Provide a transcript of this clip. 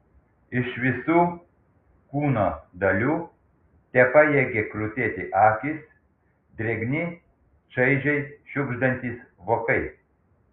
iš visų kūno dalių tepajėgė krutėti akys drėgni čaižiai šiugždantys vokai